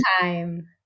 time